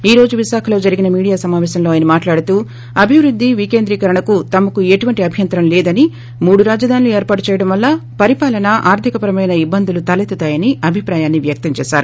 ఈ రోజు విశాఖలో జరిగిన మీడియా సమాపేశంలో ఆయన మాట్లాడుతూ అభివృద్ది వికేంద్రీకరణకు తమకు ఎటువంటి అభ్యంతరం లేదని మూడు రాజధానులు ఏర్పాటు చేయడం వల్ల పరిపాలన ఆర్దిక పరమైన ఇబ్బందులు తలెత్తుతాయని అభిప్రాయం వ్యక్తం చేశారు